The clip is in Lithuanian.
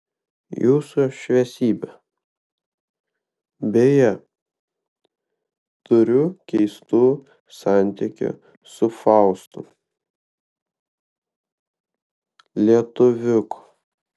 jūsų šviesybe beje turiu keistų santykių su faustu lietuviuku